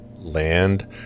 Land